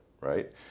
right